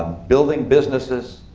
building businesses,